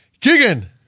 Keegan